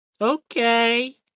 Okay